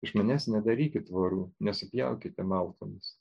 iš manęs nedarykit tvorų nesupjaukite malkomis